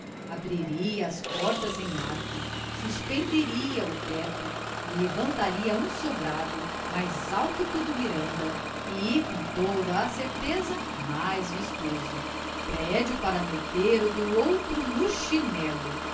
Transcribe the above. abriria as portas em arco suspenderia o teto e levantaria um sobrado mais alto que o do miranda e com toda a certeza mais vistoso prédio para meter o do outro no chinelo